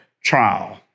Trial